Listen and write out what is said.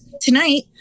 Tonight